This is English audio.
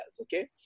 okay